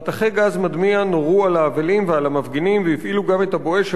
מטחי גז מדמיע נורו על האבלים ועל המפגינים והפעילו גם את הבואש,